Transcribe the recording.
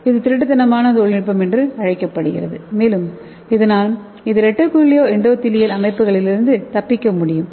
இது திருட்டுத்தனமாக தொழில்நுட்பம் என்று அழைக்கப்படுகிறது மேலும் இதனால் இது ரெட்டிகுலோ எண்டோடெலியல் அமைப்புகளிலிருந்து தப்பிக்க முடியும்